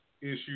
issue